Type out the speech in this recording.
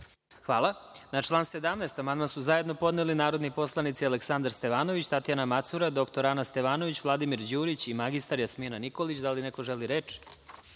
Hvala. Na član 25. amandman su zajedno podneli narodni poslanici Aleksandar Stevanović, Tatjana Macura, dr Ana Stevanović, Vladimir Đurić i mr Jasmina Nikolić. Da li neko želi reč?